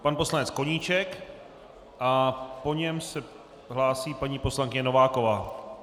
Pan poslanec Koníček a po něm se hlásí paní poslankyně Nováková.